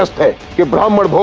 take your but um but but